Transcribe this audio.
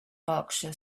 berkshire